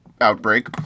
outbreak